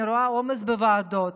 אני רואה עומס בוועדות,